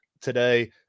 today